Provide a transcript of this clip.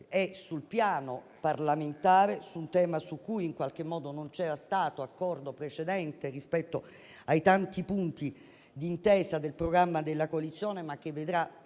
sul piano parlamentare su un tema su cui non c'era stato accordo precedente rispetto ai tanti punti d'intesa del programma della coalizione, ma che vedrà,